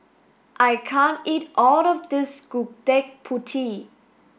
I can't eat all of this Gudeg Putih